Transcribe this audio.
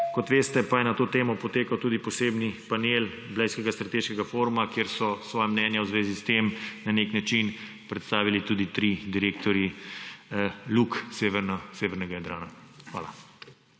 Kot veste, pa je na to temo potekal tudi posebni panel Blejskega strateškega foruma, kjer so svoja mnenja v zvezi s tem na nek način predstavili tudi trije direktorji luk severnega Jadrana. Hvala.